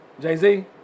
Jay-Z